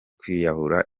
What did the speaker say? kwiyahura